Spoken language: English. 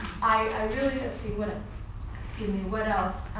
i really let's see what ah see what else.